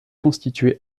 constitué